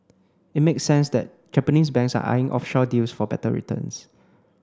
it makes sense that Japanese banks are eyeing offshore deals for better returns